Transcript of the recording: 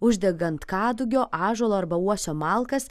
uždegant kadugio ąžuolo arba uosio malkas